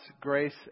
grace